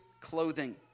clothing